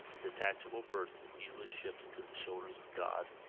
a detachable burden easily shifted to the shoulders of god,